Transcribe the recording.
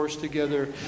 together